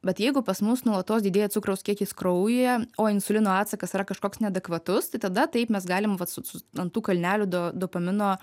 bet jeigu pas mus nuolatos didėja cukraus kiekis kraujyje o insulino atsakas yra kažkoks neadekvatus tai tada taip mes galim vat su su ant tų kalnelių dopamino